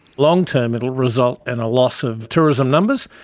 long-term it will result in a loss of tourism numbers,